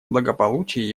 благополучия